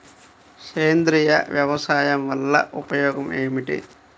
సేంద్రీయ వ్యవసాయం వల్ల ఉపయోగం ఏమిటి?